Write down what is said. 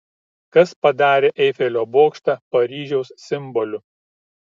kas padarė eifelio bokštą paryžiaus simboliu